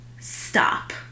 Stop